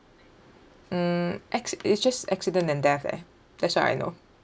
mm acci~ it's just accident and death leh that's what I know